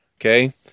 Okay